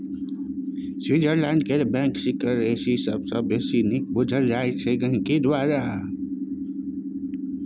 Switzerland केर bank secrecy सबसँ बेसी नीक बुझल जाइ छै गांहिकी द्वारा